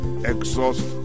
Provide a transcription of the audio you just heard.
exhaust